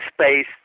space